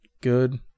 good